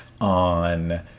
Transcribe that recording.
on